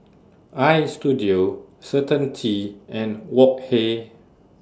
Istudio Certainty and Wok Hey